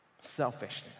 Selfishness